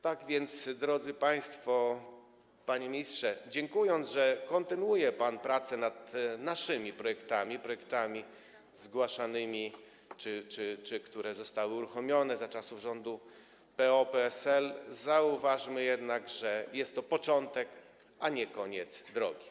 Tak więc, drodzy państwo, panie ministrze, dziękując, że kontynuuje pan prace nad naszymi projektami, projektami zgłaszanymi, które zostały uruchomione za czasów rządu PO-PSL, chcę jednak zauważyć, że jest to początek, a nie koniec drogi.